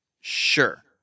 Sure